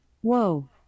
Whoa